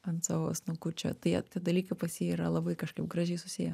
ant savo snukučio tai jie tie dalykai pas jį yra labai kažkaip gražiai susiję